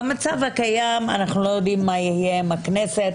במצב הקיים אנחנו לא יודעים מה יהיה עם הכנסת,